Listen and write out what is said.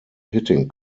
hitting